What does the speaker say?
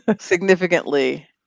significantly